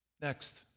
Next